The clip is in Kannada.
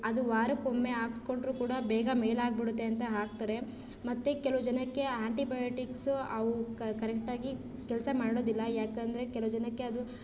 ಅದು ವಾರಕ್ಕೊಮ್ಮೆ ಹಾಕಿಸ್ಕೊಂಡ್ರೂ ಕೂಡ ಬೇಗ ಮೇಲಾಗಿಬಿಡುತ್ತೆ ಅಂತ ಹಾಕ್ತಾರೆ ಮತ್ತು ಕೆಲವು ಜನಕ್ಕೆ ಆಂಟಿಬಯೋಟಿಕ್ಸು ಅವು ಕ ಕರಕ್ಟಾಗಿ ಕೆಲಸ ಮಾಡೋದಿಲ್ಲ ಯಾಕಂದರೆ ಕೆಲವು ಜನಕ್ಕೆ ಅದು